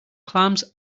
clams